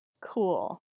cool